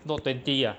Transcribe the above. note twenty ah